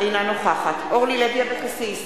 אינה נוכחת אורלי לוי אבקסיס,